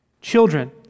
children